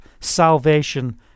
salvation